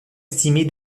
estimée